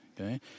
okay